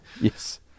Yes